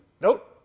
Nope